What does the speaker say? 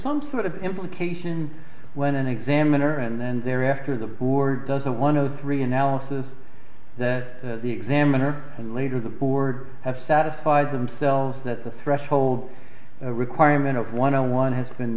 some sort of implication when an examiner and then there after the board does a one of three analysis that the examiner and later the board have satisfied themselves that the threshold requirement of one on one has been